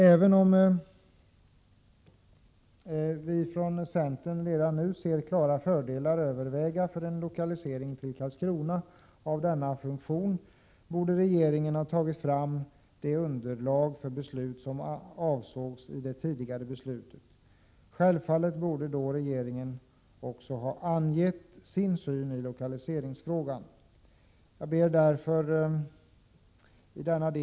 Även om vi i centern redan nu anser att fördelarna för en lokalisering av denna funktion till Karlskrona överväger, borde regeringen ha tagit fram det underlag för beslut som avsågs i det tidigare beslutet. Självfallet borde regeringen då ha angett sin syn i lokaliseringsfrågan. Herr talman!